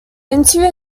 interview